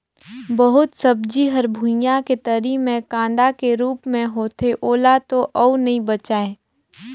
बहुत सब्जी हर भुइयां के तरी मे कांदा के रूप मे होथे ओला तो अउ नइ बचायें